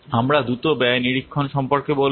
আমরা দ্রুত ব্যয় নিরীক্ষণ সম্পর্কে বলব